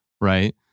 right